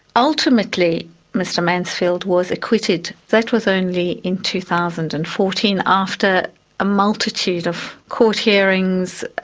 ultimately mr mansfield was acquitted. that was only in two thousand and fourteen. after a multitude of court hearings,